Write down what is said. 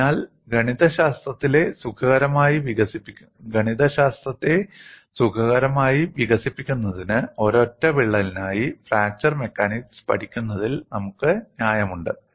അതിനാൽ ഗണിതശാസ്ത്രത്തെ സുഖകരമായി വികസിപ്പിക്കുന്നതിന് ഒരൊറ്റ വിള്ളലിനായി ഫ്രാക്ചർ മെക്കാനിക്സ് പഠിക്കുന്നതിൽ നമുക്ക് ന്യായമുണ്ട്